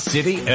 City